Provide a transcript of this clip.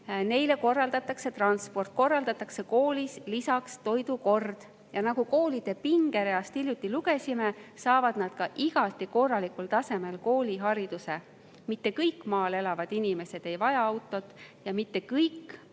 neile korraldatakse transport, korraldatakse koolis lisatoidukord. Nagu koolide pingereast hiljuti lugesime, saavad [need lapsed] ka igati korralikul tasemel koolihariduse. Mitte kõik maal elavad inimesed ei vaja autot ja mitte kõik